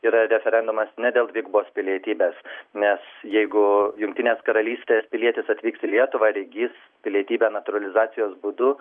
yra referendumas ne dėl dvigubos pilietybės nes jeigu jungtinės karalystės pilietis atvyks į lietuvą ir įgis pilietybę natūralizacijos būdu